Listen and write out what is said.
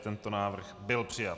Tento návrh byl přijat.